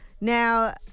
Now